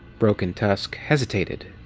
broken tusk hesitated,